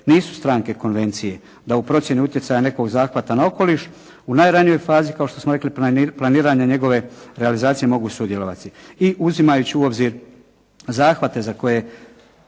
nisu stranke konvencije da u procjeni utjecaja nekog zahvata na okoliš u najranijoj fazi kao što smo rekli planiranje njegove realizacije mogu sudjelovati i uzimajući u obzir zahvate za koje